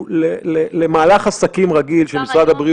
אבל תשאל את עצמך אני לא יודע כמה אנשים יש להם ממשרד הבריאות,